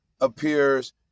appears